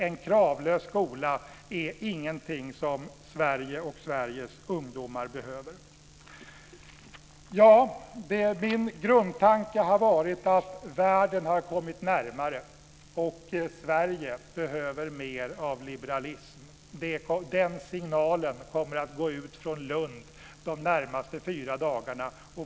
En kravlös skola är ingenting som Sverige och Sveriges ungdomar behöver. Min grundtanke har varit att världen har kommit närmare och att Sverige behöver mer av liberalism. Den signalen kommer att gå ut från Lund de närmaste fyra dagarna.